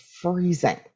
freezing